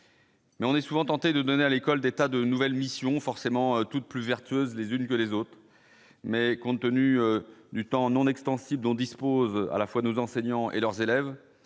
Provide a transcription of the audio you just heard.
Mais on est souvent tenté de donner à l'école d'tas de nouvelles missions forcément toutes plus vertueuse les unes que les autres, mais compte tenu du temps non extensible dont dispose à la fois nos enseignants et leurs élèves,